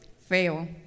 Feo